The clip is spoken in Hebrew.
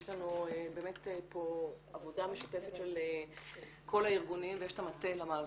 יש לנו פה באמת עבודה משותפת של כל הארגונים ויש את מטה המאבק,